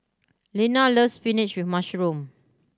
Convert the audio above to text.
Lena loves spinach with mushroom